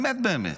באמת באמת.